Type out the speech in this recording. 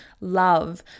love